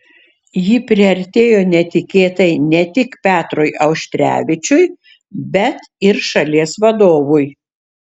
ji priartėjo netikėtai ne tik petrui auštrevičiui bet ir šalies vadovui